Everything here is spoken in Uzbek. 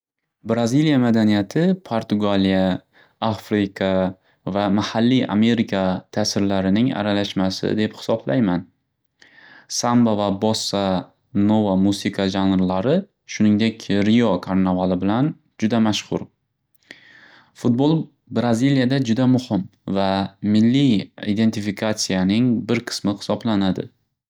Brazilya madaniyati Partugaliya, Afrika va mahalliy Amerika ta'sirlarining aralashmasi deb hisoblayman. Samba va Bossa Nova musiqa janrlari, shuningdek, Rio karnavali bilan juda mashxur. Fudbol Brazilyada juda muxim va milliy identifikatsiyaning bir qismi hisoblanadi.